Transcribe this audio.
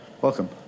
Welcome